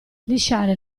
lisciare